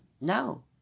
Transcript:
no